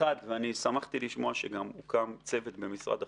ואני שמחתי לשמוע שגם הוקם צוות במשרד החינוך,